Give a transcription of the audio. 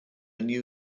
new